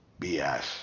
BS